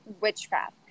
witchcraft